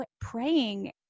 praying